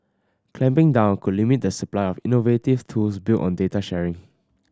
clamping down could limit the supply of innovative tools built on data sharing